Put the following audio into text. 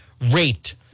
raped